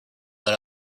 that